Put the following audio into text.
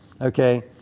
okay